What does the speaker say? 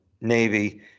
Navy